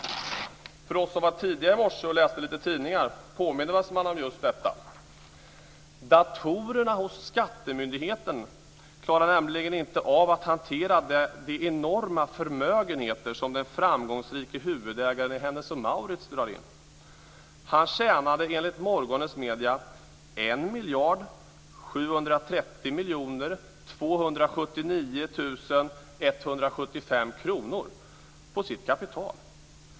För oss som var tidiga i morse och läste lite tidningar påmindes man just om detta. Datorerna hos skattemyndigheten klarar nämligen inte av att hantera de enorma förmögenheter som den framgångsrika huvudägaren i Hennes & Mauritz drar in. Han tjänade enligt morgonens medier 1 730 279 175 kr på sitt kapital.